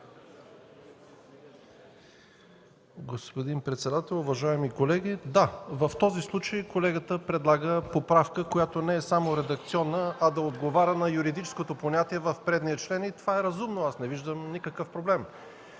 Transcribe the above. Господин председател, уважаеми колеги! Да, в този случай колегата предлага поправка, която не е само редакционна, а да отговаря на юридическото понятие в предния член. Това е разумно – аз не виждам никакъв проблем.